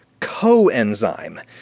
coenzyme